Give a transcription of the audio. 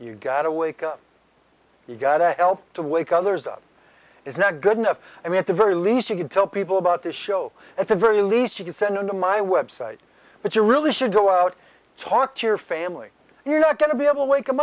you gotta wake up you gotta help to wake others up is not good enough i mean at the very least you could tell people about the show at the very least you could send them to my website but you really should go out talk to your family you're not going to be able wake them